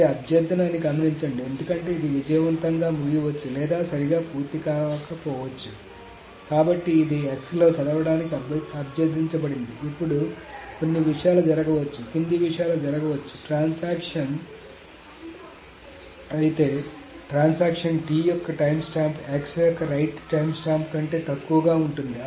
ఇది అభ్యర్థన అని గమనించండి ఎందుకంటే ఇది విజయవంతంగా ముగియవచ్చు లేదా సరిగా పూర్తి కాకపోవచ్చు కాబట్టి ఇది x లో చదవడానికి అభ్యర్థించబడింది ఇప్పుడు కొన్ని విషయాలు జరగవచ్చు కింది విషయాలు జరగవచ్చు ట్రాన్సాక్షన్ అయితే ట్రాన్సాక్షన్ T యొక్క టైమ్స్టాంప్ x యొక్క రైట్ టైమ్స్టాంప్ కంటే తక్కువగా ఉంటుంది